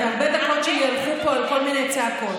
הרבה דקות שלי הלכו פה על כל מיני צעקות.